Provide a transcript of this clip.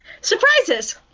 surprises